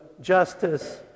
justice